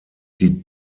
die